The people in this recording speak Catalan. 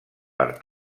per